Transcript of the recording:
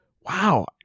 wow